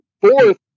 Fourth